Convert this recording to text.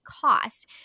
cost